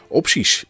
opties